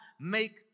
make